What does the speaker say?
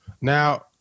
Now